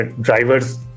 drivers